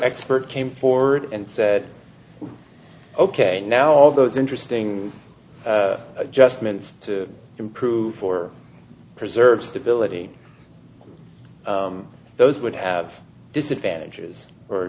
expert came forward and said ok now all those interesting adjustments to improve for preserve stability those would have disadvantages or